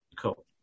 Cool